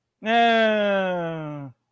No